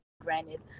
granted